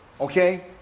Okay